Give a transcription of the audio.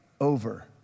over